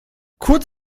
kurz